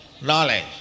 knowledge